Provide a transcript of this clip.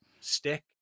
stick